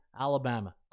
Alabama